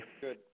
Good